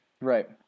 Right